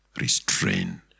restrain